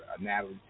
Natalie